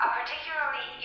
particularly